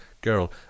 girl